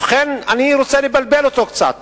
ובכן, אני רוצה לבלבל אותו קצת.